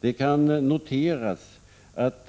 Det kan noteras att